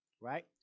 right